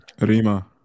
Rima